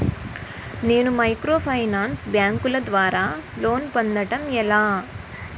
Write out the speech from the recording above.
నేను మైక్రోఫైనాన్స్ బ్యాంకుల ద్వారా లోన్ పొందడం ఎలా?